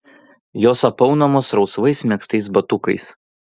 jos apaunamos rausvais megztais batukais